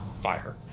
fire